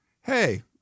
Hey